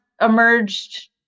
emerged